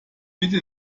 bitte